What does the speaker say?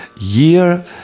year